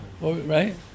Right